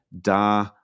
Da